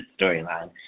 storyline